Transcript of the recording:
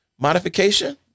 modification